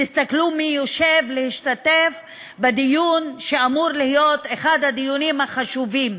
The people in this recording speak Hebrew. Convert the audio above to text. תסתכלו מי יושב להשתתף בדיון שאמור להיות אחד הדיונים החשובים.